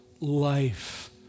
life